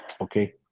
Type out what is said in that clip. Okay